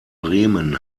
bremen